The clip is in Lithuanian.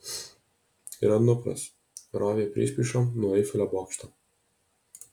ir anupras rovė priešpriešom nuo eifelio bokšto